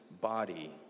body